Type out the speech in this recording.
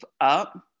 up